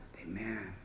Amen